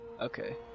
Okay